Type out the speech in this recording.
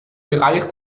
bereich